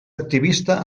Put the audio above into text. activista